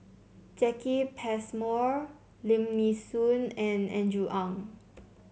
Jacki Passmore Lim Nee Soon and Andrew Ang